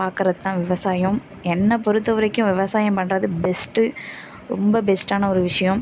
பார்க்கறது தான் விவசாயம் என்ன பொறுத்த வரைக்கும் விவசாயம் பண்ணுறது பெஸ்ட்டு ரொம்ப பெஸ்ட்டான ஒரு விஷயம்